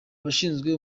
abashinzwe